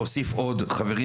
להוסיף עוד חברים,